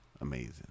amazing